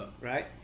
Right